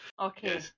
okay